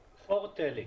מפורטליקס.